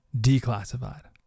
declassified